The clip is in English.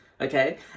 Okay